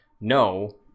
no